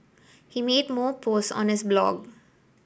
he made more posts on his blog